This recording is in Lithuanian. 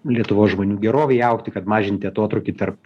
lietuvos žmonių gerovei augti kad mažinti atotrūkį tarp